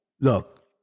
look